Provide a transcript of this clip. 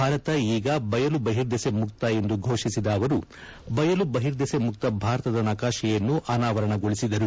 ಭಾರತ ಈಗ ಬಯಲು ಬಹಿರ್ದೆಸೆ ಮುಕ್ತ ಎಂದು ಘೋಷಿಸಿದ ಅವರು ಬಯಲು ಬಹಿರ್ದೆಸೆ ಮುಕ್ತ ಭಾರತದ ನಕಾಶೆಯನ್ನು ಅನಾವರಣಗೊಳಿಸಿದರು